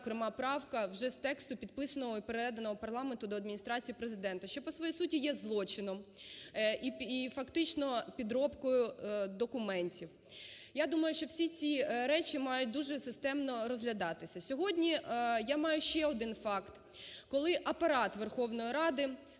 зокрема, правка вже з тексту, підписаного і переданого парламентом до Адміністрації Президента, що по своїй суті є злочином і фактично підробкою документів. Я думаю, що всі ці речі мають дуже системно розглядатися. Сьогодні я маю ще один факт, коли Апарат Верховної Ради